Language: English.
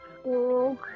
school